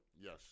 Yes